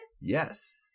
Yes